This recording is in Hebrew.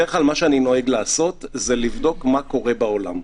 בדרך כלל מה שאני נוהג לעשות זה לבדוק מה קורה בעולם.